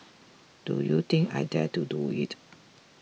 do you think I dare to do it